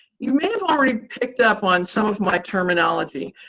you may have already picked up on some of my terminology.